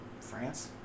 France